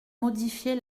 modifier